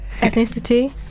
ethnicity